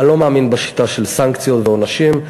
אני לא מאמין בשיטה של סנקציות ועונשים,